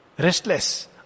Restless